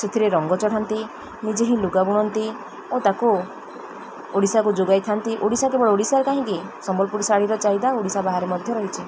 ସେଥିରେ ରଙ୍ଗ ଚଢ଼ାନ୍ତି ନିଜେ ହିଁ ଲୁଗା ବୁଣନ୍ତି ଓ ତାକୁ ଓଡ଼ିଶାକୁ ଯୋଗାଇଥାନ୍ତି ଓଡ଼ିଶା କେବଳ ଓଡ଼ିଶାର କାହିଁକି ସମ୍ବଲପୁରୀ ଶାଢ଼ୀର ଚାହିଦା ଓଡ଼ିଶା ବାହାରେ ମଧ୍ୟ ରହିଛି